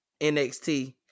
NXT